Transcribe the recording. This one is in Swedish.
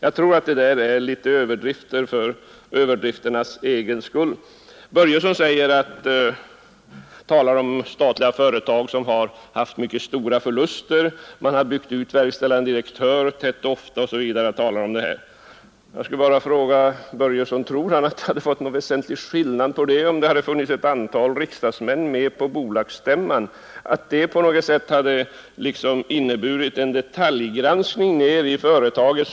Jag tror att motionärerna går till överdrifter för överdrifternas egen skull. Herr Börjesson i Glömminge talar om statliga företag som har gjort mycket stora förluster och där verkställande direktören ofta har bytts ut. Jag vill fråga herr Börjesson: Skulle förhållandena ha varit annorlunda om ett antal riksdagsmän varit med på bolagsstämmorna och där sökt företa en detaljgranskning av företagen?